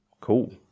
Cool